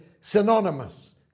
synonymous